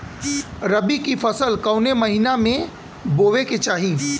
रबी की फसल कौने महिना में बोवे के चाही?